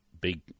big